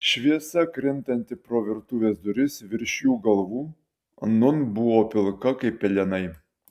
šviesa krintanti pro virtuvės duris virš jų galvų nūn buvo pilka kaip pelenai